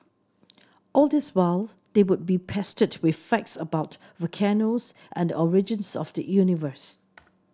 all this while they would be pestered with facts about volcanoes and the origins of the universe